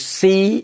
see